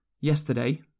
Yesterday